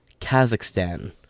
Kazakhstan